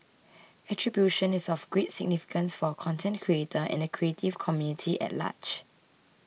attribution is of great significance for a content creator and the creative community at large